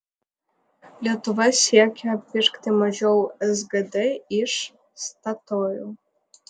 lietuva siekia pirkti mažiau sgd iš statoil